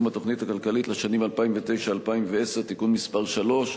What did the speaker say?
התוכנית הכלכלית לשנים 2009 2010) (תיקון מס' 3),